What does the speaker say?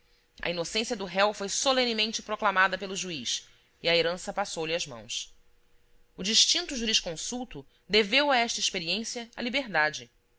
a inocência do réu foi solenemente proclamada pelo juiz e a herança passou-lhe às mãos o distinto jurisconsulto deveu a esta experiência a liberdade